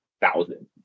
thousand